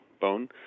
bone